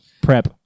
prep